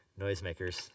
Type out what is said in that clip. Noisemakers